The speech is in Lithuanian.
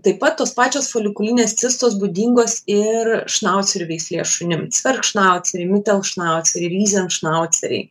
taip pat tos pačios folikulinės cistos būdingos ir šnaucerių veislės šunims cvergšnauceriai mitelšnauceriai ryzenšnauceriai